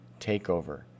takeover